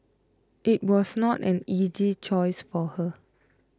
it was not an easy choice for her